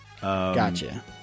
Gotcha